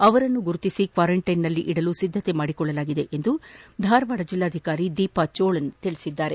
ಅವರನ್ನು ಗುರುತಿಸಿ ಕ್ವಾರಂಟೈನ್ ನಲ್ಲಿಡಲು ಸಿದ್ಧತೆ ಮಾಡಿಕೊಳ್ಳಲಾಗಿದೆ ಎಂದು ಜಿಲ್ಲಾಧಿಕಾರಿ ದೀಪಾ ಜೋಳನ್ ತಿಳಿಸಿದ್ದಾರೆ